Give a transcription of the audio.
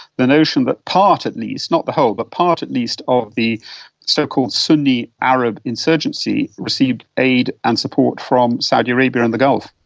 the notion that part at least, not the whole but part at least of the so-called sunni arab insurgency received aid and support from saudi arabia and the gulf.